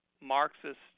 Marxist